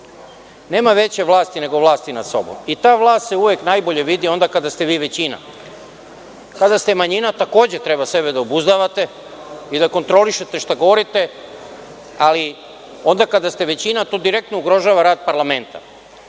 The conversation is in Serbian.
Nema veće vlasti nego vlasti nad sobom, i ta vlast se uvek najbolje vidi onda kada ste vi većina. Kada ste manjina takođe treba sebe da obuzdavate, i da kontrolišete šta govorite, ali onda kada ste većina to direktno ugrožava rad parlamenta. Mi